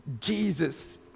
Jesus